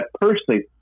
personally